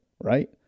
right